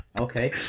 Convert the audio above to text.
Okay